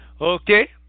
Okay